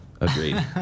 Agreed